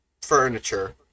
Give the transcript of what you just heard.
furniture